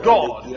God